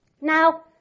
Now